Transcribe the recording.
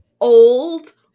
old